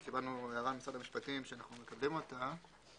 כי קיבלנו הערה ממשרד המשפטים שאנחנו נקדם אותה: